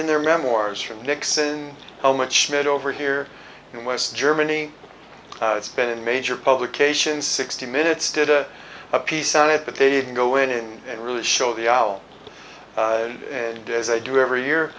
in their memoirs from nixon how much made over here in west germany it's been a major publication sixty minutes did a piece on it but they didn't go in and really show the alt and as i do every year